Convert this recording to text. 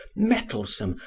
mettlesome,